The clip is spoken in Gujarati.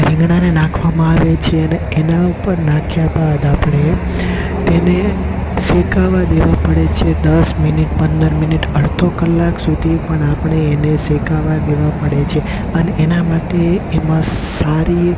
રીંગણાને નાખવામાં આવે છેને અને એના ઉપર નાખ્યા બાદ આપણે એને શેકાવા દેવા પડે છે દસ મિનિટ પંદર મિનિટ અડધો કલાક સુધી પણ આપણે એને શેકાવા દેવા પડે છે અને એના માટે એમાં સારી